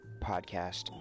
podcast